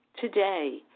today